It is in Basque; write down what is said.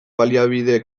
baliabide